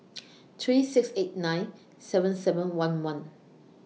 three six eight nine seven seven one one